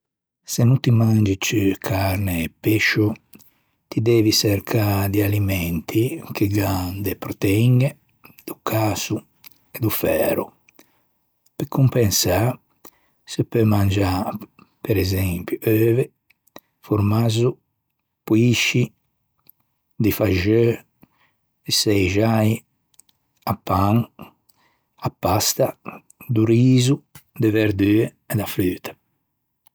Se no ti mangi ciù carne e pescio ti devi çercâ di alimenti che gh'an de proteiñe, do cäso e do færo. Pe compensâ se peu mangiâ, per esempio, euve, formazzo, poïsci, di faxeu, i çeixai, pan, a pasta, do riso, de verdue e da fruta.